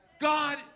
God